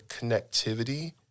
connectivity